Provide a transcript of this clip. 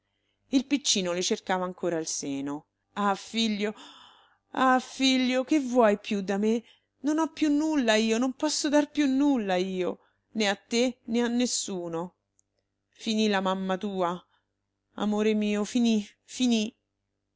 il piccino le cercava ancora il seno ah figlio ah figlio che vuoi più da me non ho più nulla io non posso dar più nulla io né a te né a nessuno finì la mamma tua amore mio finì finì